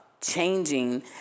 changing